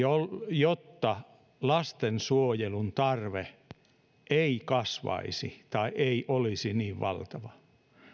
jotta lastensuojelun tarve ei kasvaisi tai ei olisi niin valtava